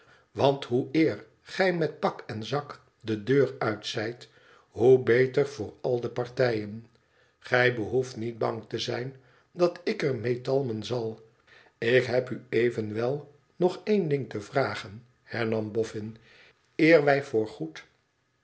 want hoe eer gij met pak en zak de deur uit zijt hoe beter voor al de partijen igij behoeft niet bang te zijn dat ik er mee talmen zal ik heb u evenwel nog één ding te vragen hernam boffin eer